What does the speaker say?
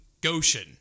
Goshen